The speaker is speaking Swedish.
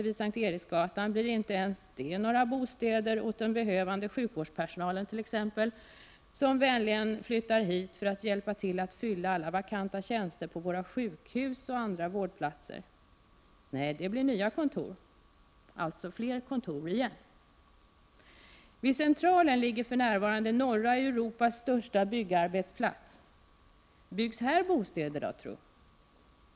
vid S:t Eriksgatan blir inte ens de några bostäder åt den behövande sjukvårdspersonalen som vänligen flyttar hit för att hjälpa till att fylla alla vakanta tjänster på våra sjukhus och andra vårdinrättningar. Nej, det blir nya kontor! Alltså fler kontor igen. Vid Centralen ligger för närvarande norra Europas största byggarbetsplats. Byggs här bostäder då, månntro?